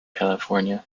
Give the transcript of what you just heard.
california